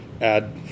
add